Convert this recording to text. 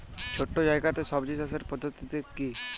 ছোট্ট জায়গাতে সবজি চাষের পদ্ধতিটি কী?